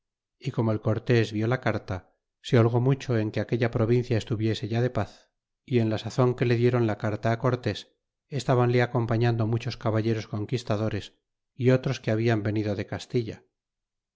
y como el cortés vió la carta se holgó mucho en que aquella provincia estuviese ya de paz y en la sazon que le diéron la carta á cortés estábanle acompañando muchos caballeros conquistadores y otros que hablan venido de castilla